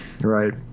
Right